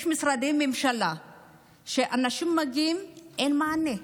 יש משרדי ממשלה שאנשים מגיעים ואין מענה,